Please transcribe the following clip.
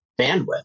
bandwidth